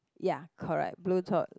ya correct blue top